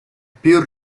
più